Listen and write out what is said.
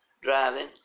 driving